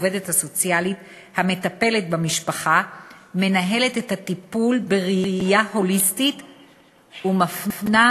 העובדת הסוציאלית המטפלת במשפחה מנהלת את הטיפול בראייה הוליסטית ומפנה,